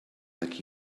like